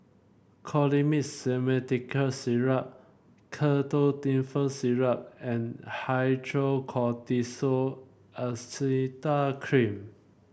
Colimix Simethicone Syrup Ketotifen Syrup and Hydrocortisone Acetate Cream